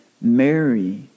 Mary